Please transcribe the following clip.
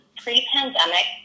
pre-pandemic